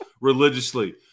religiously